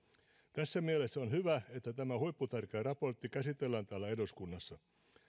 tässä mielessä on hyvä että tämä huipputärkeä raportti käsitellään täällä eduskunnassa